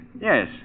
Yes